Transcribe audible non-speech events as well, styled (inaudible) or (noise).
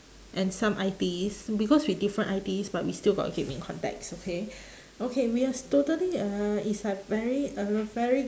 and some I_T_Es because we different I_T_Es but we still got keep in contacts okay (breath) okay we has totally uh is like very uh very